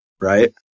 Right